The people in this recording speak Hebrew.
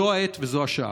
זו העת וזו השעה.